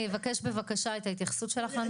אני מבקשת את ההתייחסות שלך לנושא.